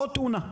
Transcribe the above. עוד תאונה.